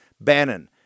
Bannon